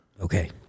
Okay